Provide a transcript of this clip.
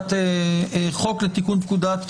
כי קבענו פה